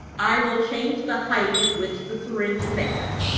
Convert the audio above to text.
i will change the height at which the syringe is at.